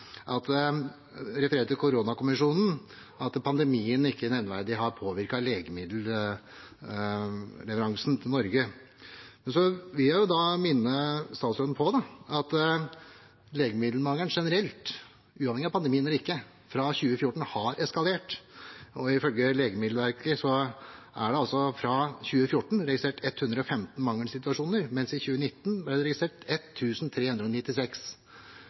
til koronakommisjonen, at pandemien ikke nevneverdig har påvirket legemiddelleveransen til Norge. Da vil jeg minne statsråden på at legemiddelmangelen generelt, uavhengig av pandemien eller ikke, har eskalert siden 2014. Ifølge Legemiddelverket ble det i 2014 registrert 115 mangelsituasjoner, mens det i 2019 ble registrert 1 396. Det